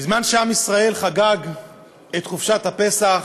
בזמן שעם ישראל חגג את חופשת הפסח,